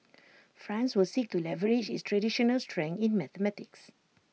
France were seek to leverage its traditional strength in mathematics